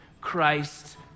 Christ